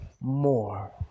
more